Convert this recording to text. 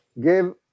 give